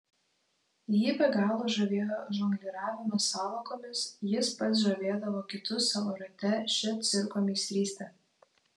jį be galo žavėjo žongliravimas sąvokomis jis pats žavėdavo kitus savo rate šia cirko meistryste